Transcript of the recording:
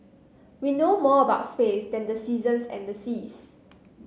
we know more about space than the seasons and seas